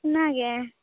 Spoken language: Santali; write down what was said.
ᱚᱱᱟᱜᱮ